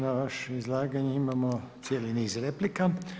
Na vaše izlaganje imamo cijeli niz replika.